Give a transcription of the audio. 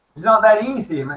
it's not that easy.